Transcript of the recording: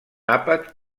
àpat